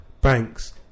banks